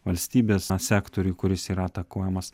valstybės sektoriuj kuris yra atakuojamas